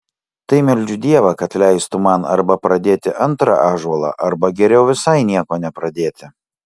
tai meldžiu dievą kad leistų man arba pradėti antrą ąžuolą arba geriau visai nieko nepradėti